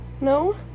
no